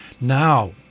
Now